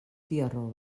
tiarró